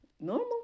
normal